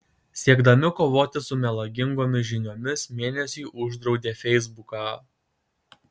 siekdami kovoti su melagingomis žiniomis mėnesiui uždraudė feisbuką